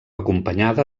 acompanyada